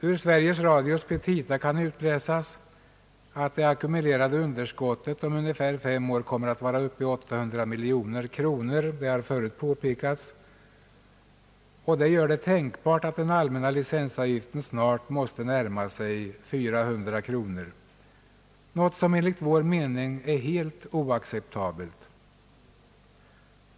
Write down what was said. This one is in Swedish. Ur Sveriges Radios petita kan utläsas att det ackumulerade underskottet om ungefär fem år kommer att vara uppe i 800 miljoner kronor. Detta gör det sannolikt, att den allmänna licensavgiften snart måste närma sig 400 kronor, något som enligt vår mening är helt oacceptabelt.